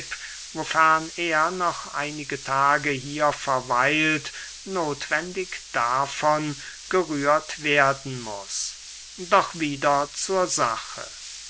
wofern er noch einige tage hier verweilt nothwendig davon gerührt werden muß doch wieder zur sache